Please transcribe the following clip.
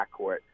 backcourt